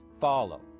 follow